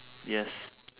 yes